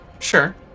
Sure